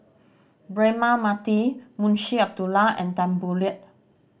Braema Mathi Munshi Abdullah and Tan Boo Liat